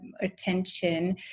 attention